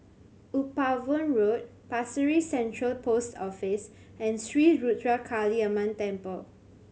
Upavon Road Pasir Ris Central Post Office and Sri Ruthra Kaliamman Temple